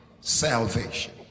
salvation